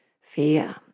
fear